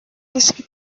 دیسک